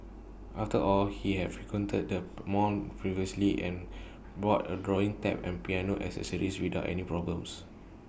after all he had frequented the mall previously and bought A drawing tab and piano accessories without any problems